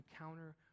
encounter